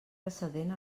precedent